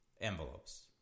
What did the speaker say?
envelopes